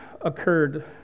occurred